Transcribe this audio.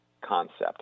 concept